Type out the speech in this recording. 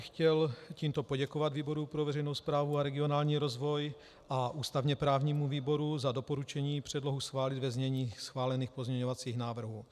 Chtěl bych tímto poděkovat výboru pro veřejnou správu a regionální rozvoj a ústavněprávnímu výboru za doporučení předlohu schválit ve znění schválených pozměňovacích návrhů.